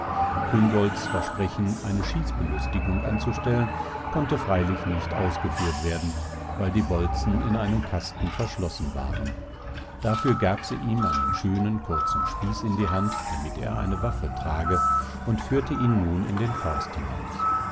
küngolts versprechen eine schießbelustigung anzustellen konnte freilich nicht ausgeführt werden weil die bolzen in einem kasten verschlossen waren dafür gab sie ihm einen schönen kurzen spieß in die hand damit er eine waffe trage und führte ihn nun in den forst hinaus